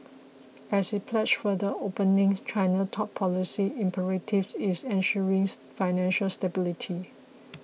as it pledges further opening China's top policy imperative is ensures financial stability